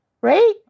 right